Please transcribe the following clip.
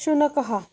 शुनकः